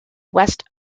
west